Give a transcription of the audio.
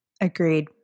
Agreed